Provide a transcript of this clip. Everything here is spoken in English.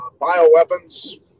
bioweapons